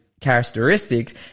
characteristics